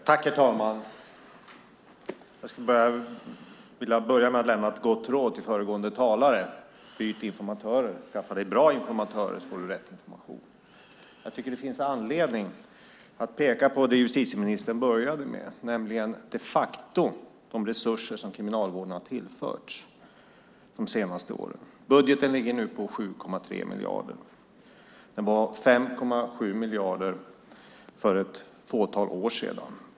Herr talman! Jag skulle vilja börja med att lämna ett gott råd till föregående talare: Byt informatörer! Skaffa dig bra informatörer, så får du rätt information! Det finns anledning att peka på det justitieministern började med, nämligen de resurser som Kriminalvården de facto har tillförts de senaste åren. Budgeten ligger nu på 7,3 miljarder. Men det var bara 5,7 miljarder för ett fåtal år sedan.